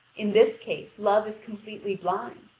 in this case love is completely blind,